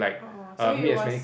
oh so he was